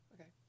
Okay